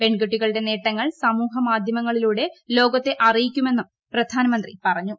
പെൺകുട്ടികളുടെ നേട്ടങ്ങൾ സമൂഹമാധ്യമങ്ങളിലൂടെ ലോകത്തെ അറിയിക്കണമെന്നും പ്രധാനമന്ത്രി പറഞ്ഞു